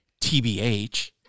TBH